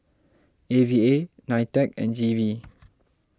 A V A Nitec and G V